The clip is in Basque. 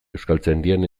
euskaltzaindian